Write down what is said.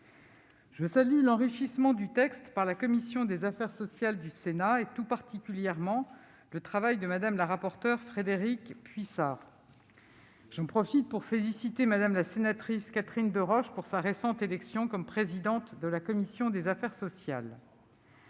Je salue l'enrichissement du texte par la commission des affaires sociales du Sénat, et tout particulièrement le travail de Mme la rapporteure Frédérique Puissat. J'en profite pour féliciter Mme Catherine Deroche pour sa récente élection comme présidente de la commission des affaires sociales.